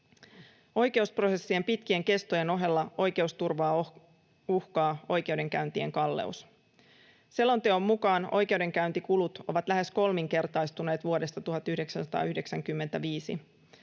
Oikeusprosessien pitkien kestojen ohella oikeusturvaa uhkaa oikeudenkäyntien kalleus. Selonteon mukaan oikeudenkäyntikulut ovat lähes kolminkertaistuneet vuodesta 1995.